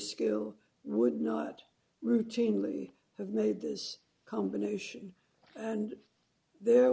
skill would not routinely have made this combination and the